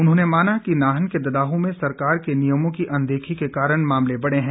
उन्होंने माना कि नाहन के ददाहू में सरकार के नियमों की अनदेखी के कारण मामले बढ़े हैं